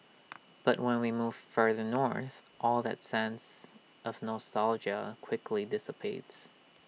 but when we move further north all that sense of nostalgia quickly dissipates